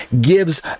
gives